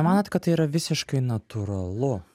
manot kad tai yra visiškai natūralu